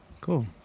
Cool